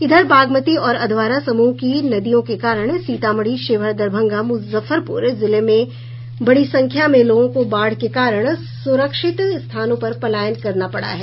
इधर बागमती और अधवारा समूह की नदियों के कारण सीतामढ़ी शिवहर दरभंगा मुजफ्फरपुर जिले में बड़ी संख्या में लोगों को बाढ़ के कारण सुरक्षित स्थानों पर पलायन करना पड़ा है